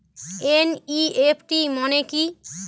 NEFT মনে কি?